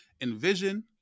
Envision